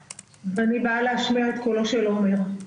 ואני באה להשמיע את קולו של עומר.